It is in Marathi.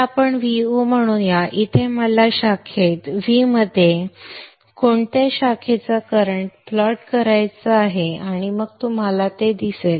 तर आपण प्लॉट Vo म्हणूया आणि मला येथे शाखेत V मध्ये कोणत्या शाखेचा करंट प्लॉट करायचा आहे आणि मग तुम्हाला ते दिसेल